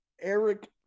Eric